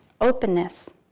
Openness